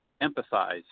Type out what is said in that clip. emphasize